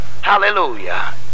Hallelujah